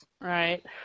Right